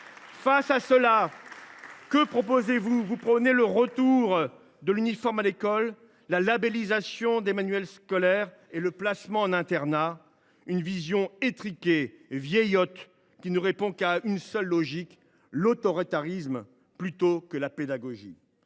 Face à cela, vous prônez le retour de l’uniforme à l’école, la labellisation des manuels scolaires et le placement en internat. Cette vision étriquée et vieillotte exprime une seule logique : l’autoritarisme plutôt que la pédagogie.